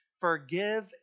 forgive